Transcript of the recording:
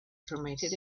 permitted